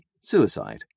suicide